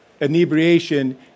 inebriation